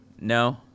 No